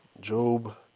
Job